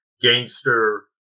gangster